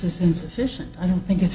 is insufficient i don't think it's